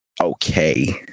okay